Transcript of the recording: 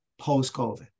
post-COVID